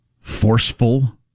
forceful